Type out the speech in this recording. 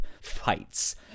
fights